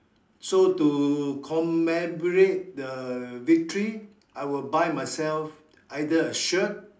so to commemorate the victory I will buy myself either a shirt